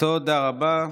תודה רבה.